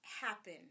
happen